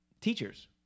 teachers